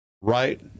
right